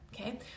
okay